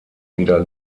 wieder